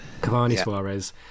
Cavani-Suarez